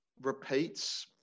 repeats